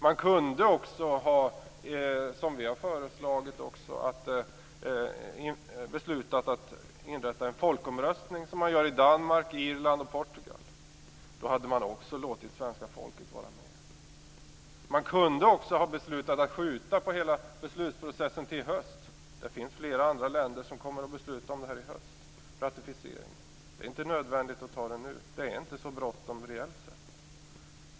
Man kunde också, som vi har föreslagit, ha beslutat att hålla en folkomröstning, som man gör i Danmark, Irland och Portugal. Då hade man också låtit svenska folket vara med. Man kunde också ha beslutat att skjuta på hela beslutsprocessen till i höst. Det finns flera andra länder som kommer att besluta om ratificeringen i höst. Det är inte nödvändigt att anta detta nu. Det är inte så bråttom reellt sätt.